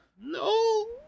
no